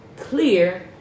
clear